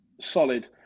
solid